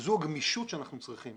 זו הגמישות שאנחנו צריכים.